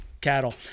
cattle